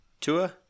Tua